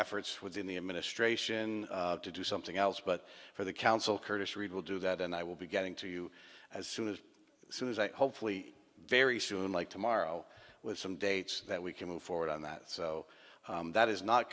efforts within the administration to do something else but for the council curtis reid will do that and i will be getting to you as soon as soon as i hopefully very soon like tomorrow with some dates that we can move forward on that so that is not